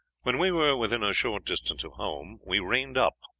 when we were within a short distance of home we reined up.